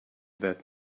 that